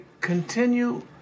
continue